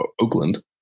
Oakland